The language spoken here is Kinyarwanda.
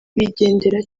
bigendera